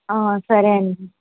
సరే అండి